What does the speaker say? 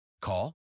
Call